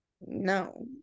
no